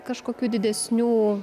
kažkokių didesnių